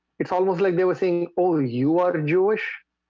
it's almost like they were saying oh you are jewish.